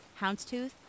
Houndstooth